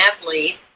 athlete